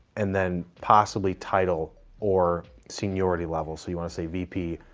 and then possibly title or seniority levels, so you wanna say vp,